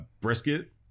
brisket